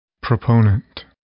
Proponent